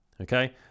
Okay